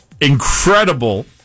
incredible